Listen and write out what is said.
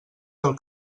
del